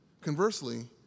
Conversely